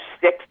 six